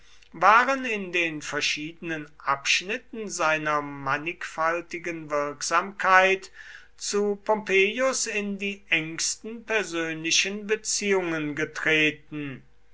waren in den verschiedenen abschnitten seiner mannigfaltigen wirksamkeit zu pompeius in die engsten persönlichen beziehungen getreten